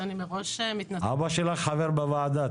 ואני מראש מתנצלת --- אבא שלך חבר בוועדה,